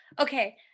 Okay